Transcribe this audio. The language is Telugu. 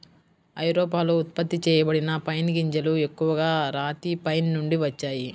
ఐరోపాలో ఉత్పత్తి చేయబడిన పైన్ గింజలు ఎక్కువగా రాతి పైన్ నుండి వచ్చాయి